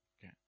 Okay